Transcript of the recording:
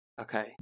Okay